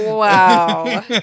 Wow